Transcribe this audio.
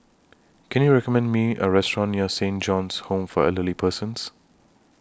Can YOU recommend Me A Restaurant near Saint John's Home For Elderly Persons